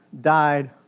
died